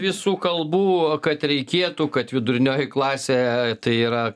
visų kalbų kad reikėtų kad vidurinioji klasė tai yra